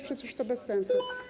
Przecież to bez sensu.